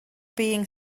being